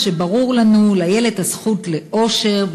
מה שברור לנו: לילד הזכות לאושר,